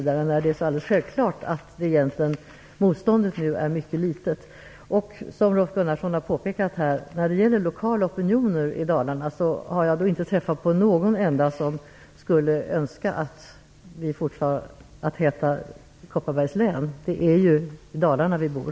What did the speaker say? Det är ju alldeles självklart att motståndet mot detta är väldigt litet nu. När det gäller lokala opinioner i Dalarna har jag inte träffat på någon enda som skulle önska att fortsätter att heta Kopparbergs län. Det är ju i Dalarna vi bor.